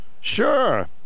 Sure